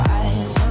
eyes